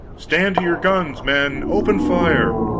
stand to your guns, men! open fire!